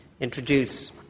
introduce